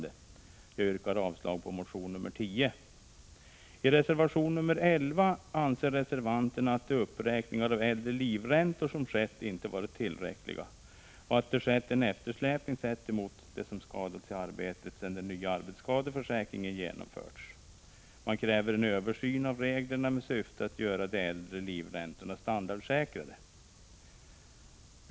Jag yrkar avslag på reservation nr 10. I reservation nr 11 anser reservanterna att de uppräkningar av äldre livräntor som skett inte har varit tillräckliga och att det skett en eftersläpning i förhållande till dem som skadats i arbetet sedan den nya arbetsskadeförsäkringen genomförts. Reservanterna kräver en översyn av reglerna, med syfte att göra de äldre livräntorna standardsäkrade.